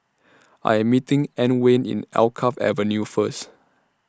I Am meeting Antwain Alkaff Avenue First